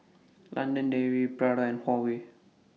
London Dairy Prada and Huawei